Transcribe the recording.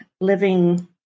living